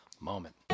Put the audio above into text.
moment